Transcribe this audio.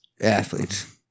athletes